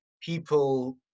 people